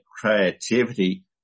creativity